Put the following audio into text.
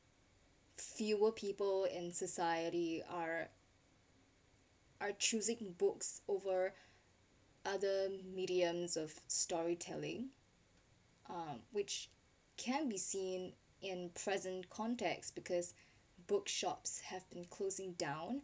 fewer people and society are are choosing books over other mediums of storytelling uh which can be seen in present context because bookshops have been closing down